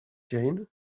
jane